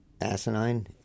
asinine